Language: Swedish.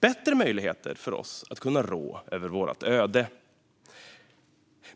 bättre möjligheter för oss att rå över vårt öde.